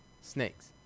Snakes